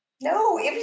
No